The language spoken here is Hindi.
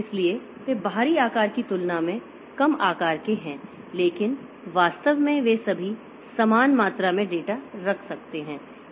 इसलिए वे बाहरी आकार की तुलना में कम आकार के हैं लेकिन वास्तव में वे सभी समान मात्रा में डेटा रख सकते हैं